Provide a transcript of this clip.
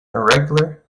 irregular